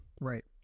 Right